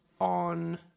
on